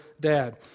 dad